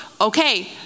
Okay